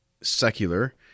secular